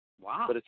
Wow